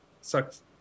Sucks